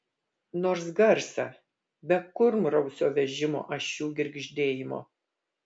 nors garsą be kurmrausio vežimo ašių girgždėjimo